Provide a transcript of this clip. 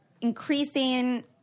increasing